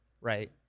Right